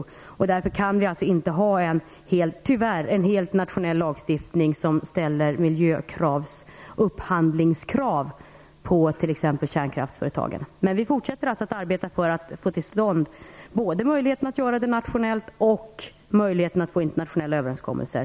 Vi kan därför inte ha en helt nationell lagstiftning, där det ställs miljökrav på t.ex. kärnkraftföretagens upphandling. Vi fortsätter dock att arbeta för att få till stånd en möjlighet både att göra detta nationellt och att få till stånd internationella överenskommelser.